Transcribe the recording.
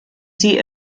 sie